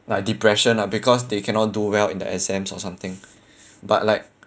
like depression ah because they cannot do well in the exams or something but like